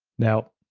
now,